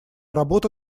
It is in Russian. работа